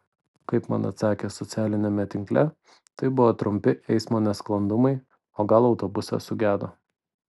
kaip man atsakė socialiniame tinkle tai buvo trumpi eismo nesklandumai o gal autobusas sugedo